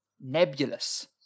nebulous